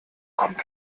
kommt